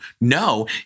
No